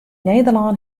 nederlân